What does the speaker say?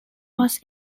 was